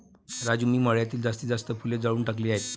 राजू मी मळ्यातील जास्तीत जास्त फुले जाळून टाकली आहेत